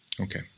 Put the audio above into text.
Okay